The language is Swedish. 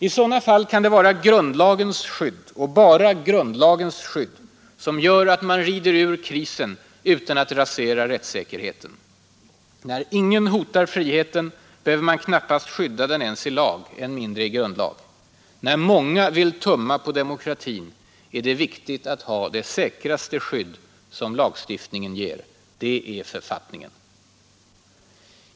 I sådana fall kan det vara grundlagens skydd, och endast grundlagens skydd, som gör att man rider ut krisen utan att rasera rättssäkerheten. När ingen hotar friheten behöver man knappast skydda den ens i lag, än mindre i grundlag. När många vill tumma på demokratin är det viktigt att ha det säkraste skydd som lagstiftningen ger. Det är författningen.